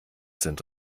sind